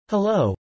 Hello